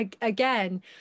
again